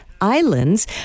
Islands